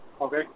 Okay